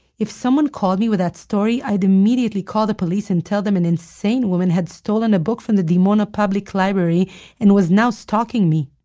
if someone called me with that story, i'd immediately call the police and tell them an insane woman had stolen a book from the dimona public library and was now stalking me!